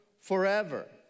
forever